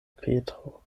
petro